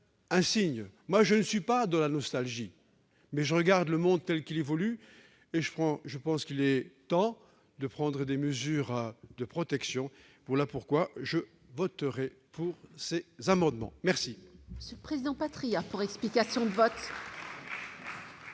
un signe ! Je ne suis pas nostalgique, mais je regarde le monde tel qu'il évolue, et je pense qu'il est temps de prendre des mesures de protection. C'est pourquoi je voterai ces amendements. La